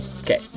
Okay